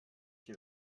qui